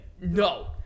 No